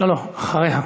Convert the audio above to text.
לא, לא, אחריה.